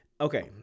okay